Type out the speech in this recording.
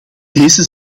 deze